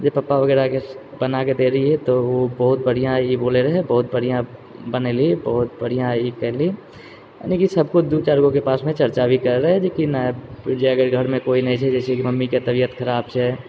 जे पप्पा वगैरहके बनाके दैत रहियै तऽ ओ बहुत बढ़िआँ ई बोलै रहै बहुत बढ़िआँ बनेलही बहुत बढ़िआँ ई कयलही यानि की सब किछु दू चारि गोके पासमे चर्चा भी करै रहै जे की नहि बूइझ जाइ रहियै की घरमे कोई नहि छै जे छै से की मम्मीके तबियत खराब छै